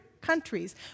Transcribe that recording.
countries